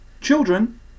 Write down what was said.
children